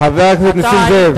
זה לא, חבר הכנסת נסים זאב.